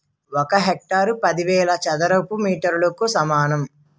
ఒక హెక్టారు పదివేల చదరపు మీటర్లకు సమానం